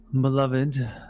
beloved